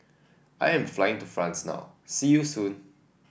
I am flying to France now see you soon